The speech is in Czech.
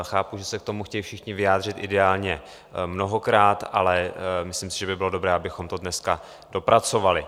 Chápu, že se k tomu chtějí všichni vyjádřit, ideálně mnohokrát, ale myslím si, že by bylo dobré, abychom to dneska dopracovali.